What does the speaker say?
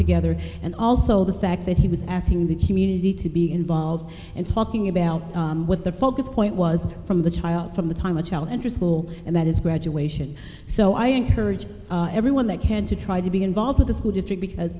together and also the fact that he was asking the community to be involved and talking about what the focus point was from the child from the time a child enters school and that is graduation so i encourage everyone that can to try to be involved with the school district because